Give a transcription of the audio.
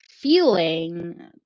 feeling